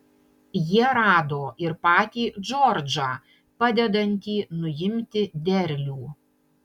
jie rado ir patį džordžą padedantį nuimti derlių